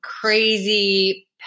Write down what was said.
crazy